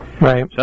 Right